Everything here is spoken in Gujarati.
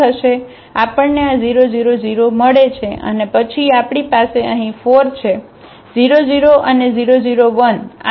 આપણને આ 0 0 0 મળે છે અને પછી આપણી પાસે અહીં આ 4 છે 0 0 અને 0 0 1